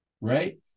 right